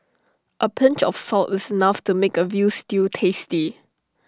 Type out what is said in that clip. A pinch of salt is enough to make A Veal Stew tasty